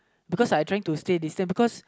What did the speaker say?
because I trying to stay distance